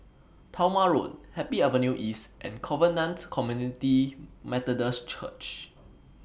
Talma Road Happy Avenue East and Covenant Community Methodist Church